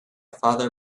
father